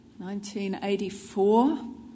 1984